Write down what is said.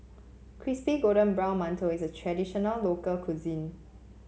Crispy Golden Brown Mantou is a traditional local cuisine